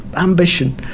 ambition